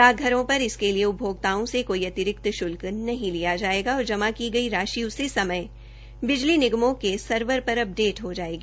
डाकघरों पर इसके लिए उपभोक्ताओ से कोई अतिरिक्त श्ल्क नहीं लिया जायेगा और जमा की गई राशि उसी समय बिजली निगमों के सर्रवर पर अपडेट हो जायेगी